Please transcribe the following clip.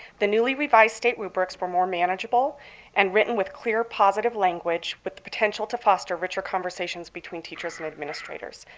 the newly revised state rubrics were more manageable and written with clear, positive language, with but the potential to foster richer conversations between teachers and administrators.